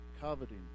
coveting